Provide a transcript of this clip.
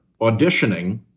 auditioning